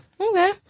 okay